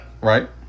Right